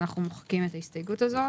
אנחנו מוחקים את ההסתייגות הזאת.